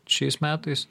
šiais metais